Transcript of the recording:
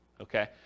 Okay